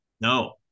no